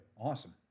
Awesome